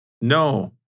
No